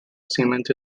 cement